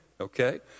Okay